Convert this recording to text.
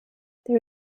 there